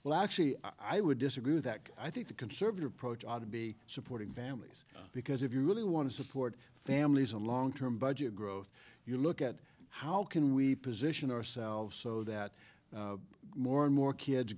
well actually i would disagree that i think the conservative approach ought to be supporting families because if you really want to support families on long term budget growth you look at how can we position ourselves so that more and more kids